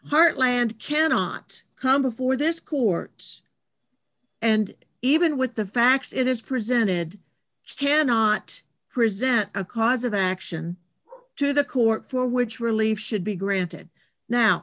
heartland cannot come before this court and even with the facts it is presented cannot present a cause of action to the court for which relief should be granted now